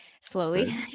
slowly